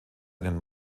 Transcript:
einen